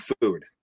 food